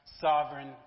sovereign